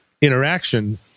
interaction